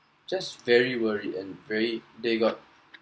just very worried and very they got